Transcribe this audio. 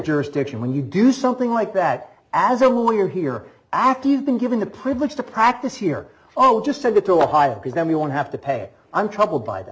jurisdiction when you do something like that as a lawyer here act you've been given the privilege to practice here oh just to get ohio because then you won't have to pay i'm troubled by that